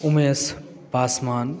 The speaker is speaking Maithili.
उमेश पासवान